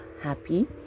happy